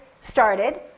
started